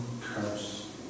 curse